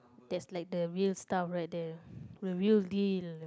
there's like the real stuff right there the real deal